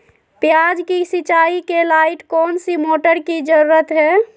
प्याज की सिंचाई के लाइट कौन सी मोटर की जरूरत है?